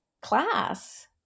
class